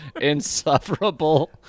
insufferable